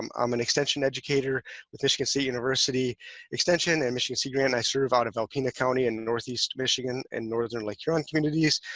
i'm an extension educator with michigan state university extension and michigan sea grant. i serve out of alpina county in northeast, michigan and northern lake huron communities.